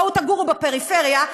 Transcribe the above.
בואו תגורו בפריפריה,